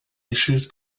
issues